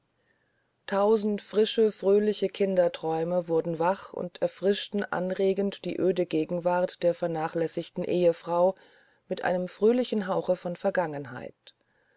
tausend frische fröhliche kindesträume wurden wach und erfrischten anregend die öde gegenwart der vernachlässigten ehefrau mit einem fröhlichen hauche von vergangenheit